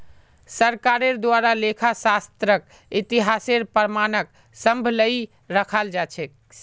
सरकारेर द्वारे लेखा शास्त्रक इतिहासेर प्रमाणक सम्भलई रखाल जा छेक